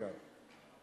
אגב,